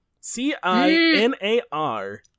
c-i-n-a-r